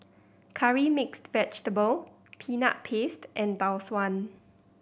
Curry Mixed Vegetable Peanut Paste and Tau Suan